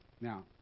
Now